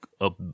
up